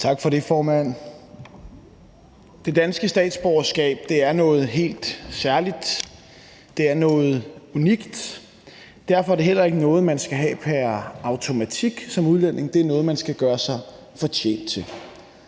Tak for det, formand. Det danske statsborgerskab er noget helt særligt. Det er noget unikt. Derfor er det heller ikke noget, man skal have pr. automatik som udlænding. Det er noget, man skal gøre sig fortjent til,